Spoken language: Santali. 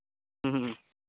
ᱦᱮᱸ ᱦᱮᱸ